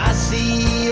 ah see?